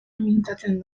mintzatzen